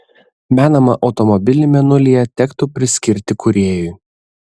menamą automobilį mėnulyje tektų priskirti kūrėjui